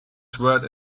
sword